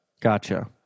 Gotcha